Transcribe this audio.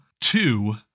two